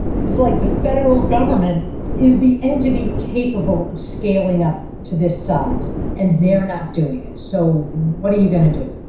like the federal government is the entity capable of scaling up to this size and they're not doing it. so what are you going to do?